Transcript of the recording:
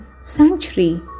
sanctuary